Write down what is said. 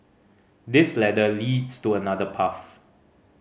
this ladder leads to another path